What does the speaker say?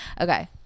Okay